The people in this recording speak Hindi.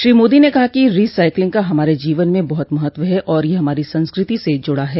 श्री मोदी ने कहा कि रिसाइकिलिंग का हमारे जीवन में बहुत महत्व है और यह हमारी संस्कृति से जुड़ा है